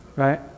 right